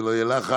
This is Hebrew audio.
שלא יהיה לחץ.